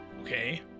Okay